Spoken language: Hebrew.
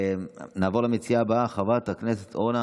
נעבור למציעה הבאה, חברת הכנסת אורנה